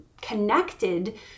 connected